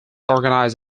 organize